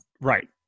right